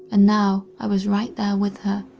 and now, i was right there with her.